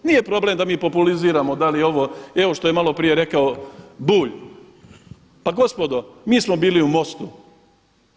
Nije problem da mi populiziramo da li je ovo i evo što je malo prije rekao Bulj, pa gospodo mi smo bili u MOST-u.